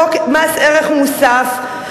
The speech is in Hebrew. חוק מס ערך מוסף,